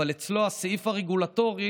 אבל אצלו הסעיף הרגולטורי